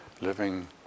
living